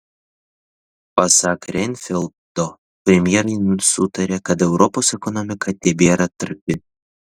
pasak reinfeldto premjerai sutarė kad europos ekonomika tebėra trapi